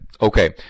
Okay